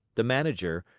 the manager,